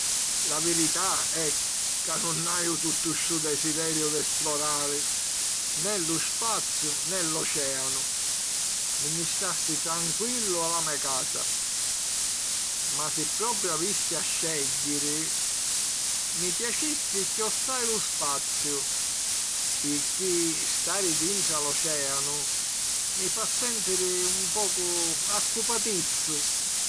La virità è ca nun haju tuttu stu desideriu d'esplorari. ne lu spaziu ne l'ocèanu. Mi nni stassi tranquillu a la me casa. Ma si propiu avissi a scègghiri, mi piacissi chiossai lu spaziu pirchì stari dintra l'ocèanu mi fa sèntiri un pocu accupatizzu...